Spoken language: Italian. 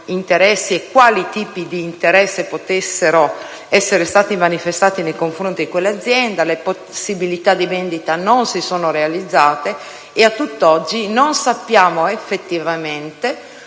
interessi e quali tipi di interesse potessero essere stati manifestati nei confronti dell'azienda. Le possibilità di vendita non si sono realizzate e, a tutt'oggi, non sappiamo effettivamente